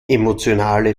emotionale